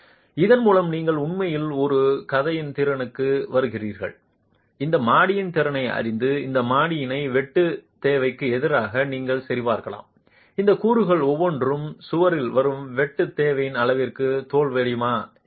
இதன் மூலம் நீங்கள் உண்மையில் ஒரு கதையின் திறனுக்கு வருகிறீர்கள் அந்த மாடியின் திறனை அறிந்து அந்த மாடியின் வெட்டு தேவைக்கு எதிராக நீங்கள் சரிபார்க்கலாம் இந்த கூறுகள் ஒவ்வொன்றும் சுவரில் வரும் வெட்டு தேவையின் அளவிற்கு தோல்வியடையுமா என்பதை